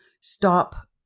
stop